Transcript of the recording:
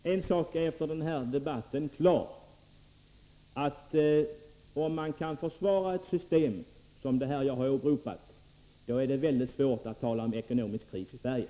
Herr talman! En sak är klar efter denna debatt, nämligen att om man kan försvara ett system som det jag har åberopat är det svårt att tala om ekonomisk kris i Sverige.